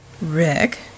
Rick